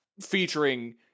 featuring